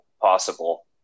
possible